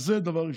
זה דבר ראשון,